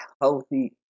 healthy